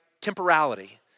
temporality